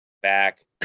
back